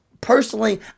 personally